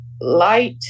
light